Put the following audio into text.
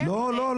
לא, לא,